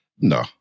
No